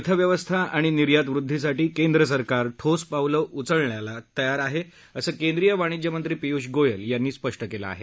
अर्थव्यवस्था आणि निर्यात वृद्वीसाठी केंद्र सरकार ठोस पावलं उचलण्यात तयार आहे असं केंद्रीय वाणिज्यमत्री पीयुष गोयल यांनी स्पष्ट केलं आहे